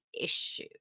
issue